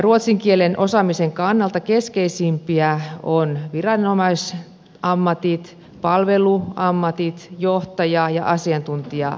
ruotsin kielen osaamisen kannalta keskeisimpiä ovat viranomaisammatit palveluammatit johtaja ja asiantuntija ammatit